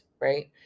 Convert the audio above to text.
right